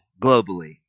globally